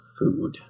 food